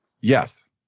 Yes